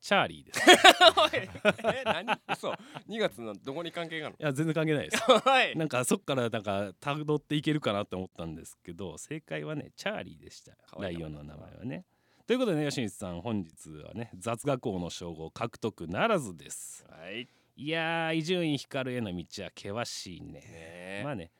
チャーリーです。 おい。え、何？嘘。2月のどこに関係があるの？いや、全然関係ないです。 おい。なんかそっからなんかたどっていけるかなって思ったんですけど、正解はね、チャーリーでした。可愛い名前だな。ライオンの名前はね。ということでね、吉光さん、本日はね、雑学王の称号を獲得ならずです。はい。いやー、伊集院光への道は険しいね。ねえ。まあね、